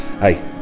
Hey